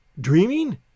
Dreaming